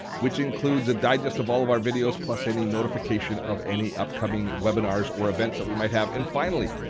which includes a digest of all of our videos plus any notification of any upcoming webinars or events that we might have. and finally,